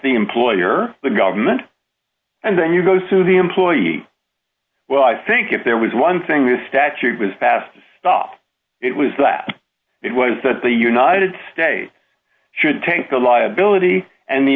the employee or the government and then you go to the employee well i think if there was one thing the statute was passed off it was that it was that the united states should take the liability and the